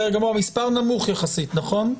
המספר נמוך יחסית, נכון?